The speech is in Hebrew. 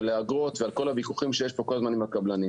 ולאגרות וכל הוויכוחים שיש פה כל הזמן עם הקבלנים.